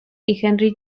henry